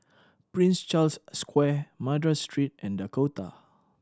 Prince Charles Square Madras Street and Dakota